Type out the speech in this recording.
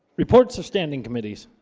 reports of standing committees